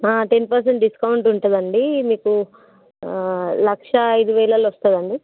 ten percent discount ఉంటుందండి మీకు లక్ష ఐదు వేలల్లో వస్తుందండి